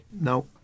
no